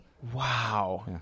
Wow